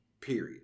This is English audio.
Period